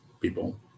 people